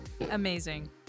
amazing